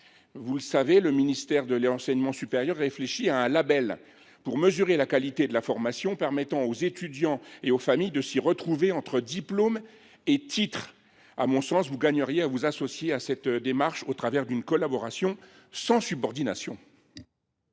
Vous le savez, le ministère de l’enseignement supérieur réfléchit à un label pour mesurer la qualité de la formation permettant aux étudiants et aux familles de s’y retrouver entre diplômes et titres. À mon sens, vous gagneriez à vous associer à cette démarche au travers d’une collaboration sans subordination.